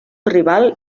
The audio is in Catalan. rival